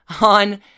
On